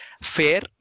fair